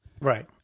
Right